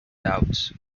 doubts